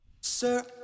Sir